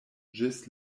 ĝis